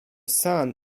sun